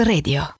Radio